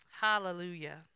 Hallelujah